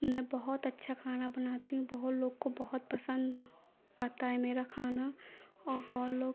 मैं बहुत अच्छा खाना बनाती हूँ बहुत लोग को बहुत पसंद है आता है मेरा खाना औ बहुत लोग